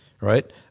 Right